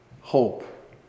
hope